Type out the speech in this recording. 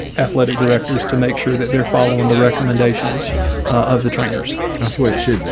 athletic directors to make sure that they're following the recommendations of the trainers. that's what it should be.